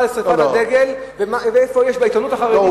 על שרפת הדגל ואיפה יש בעיתונות החרדית,